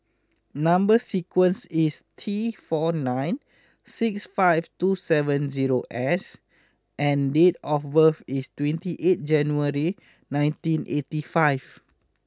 number sequence is T four nine six five two seven zero S and date of birth is twenty eighth January nineteen eighty five